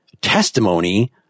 testimony